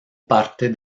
parte